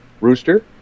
rooster